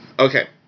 Okay